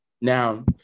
Now